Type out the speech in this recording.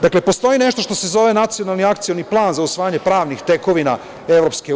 Dakle, postoji nešto što se zove nacionalni akcioni plan za usvajanje pravnih tekovina EU.